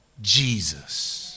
jesus